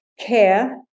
care